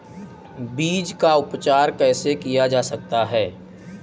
बीज का उपचार कैसे किया जा सकता है?